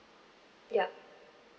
yup